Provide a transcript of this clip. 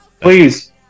Please